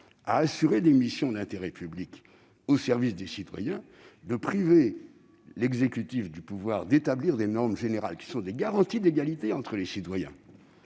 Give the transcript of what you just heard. à assurer des missions d'intérêt public au service des citoyens, cette idée de priver l'exécutif du pouvoir d'établir des normes générales qui sont des garanties d'égalité entre les citoyens